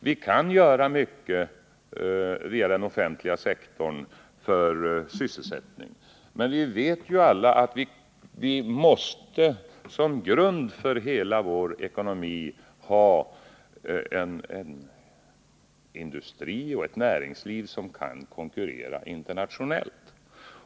Vi kan visserligen göra mycket för sysselsättningen via den offentliga sektorn, men vi vet alla att vi som grund för hela vår ekonomi måste ha en industri och ett näringsliv som kan konkurrera internationellt.